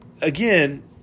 again